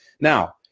Now